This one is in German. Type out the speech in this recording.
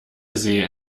sähe